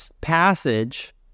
passage